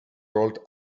rolled